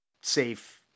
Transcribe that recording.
safe